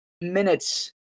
minutes